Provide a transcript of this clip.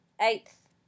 eighth